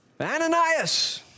Ananias